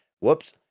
whoops